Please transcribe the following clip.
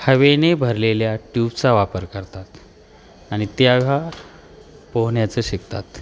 हवेने भरलेल्या ट्यूबचा वापर करतात आणि त्याग पोहण्याचं शिकतात